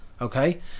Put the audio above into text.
okay